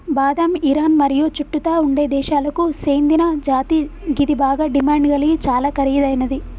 బాదం ఇరాన్ మరియు చుట్టుతా ఉండే దేశాలకు సేందిన జాతి గిది బాగ డిమాండ్ గలిగి చాలా ఖరీదైనది